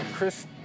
Chris